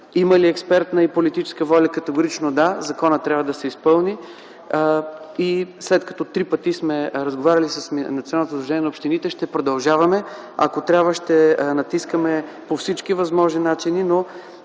има ли експертна и политическа воля? Категорично, да. Законът трябва да се изпълни. След като три пъти сме разговаряли с Националното сдружение на общините ще продължаваме, ако трябва ще натискаме по всички възможни начини, но